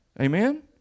Amen